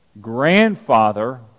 grandfather